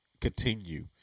continue